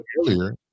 earlier